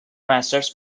masters